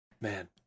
Man